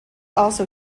also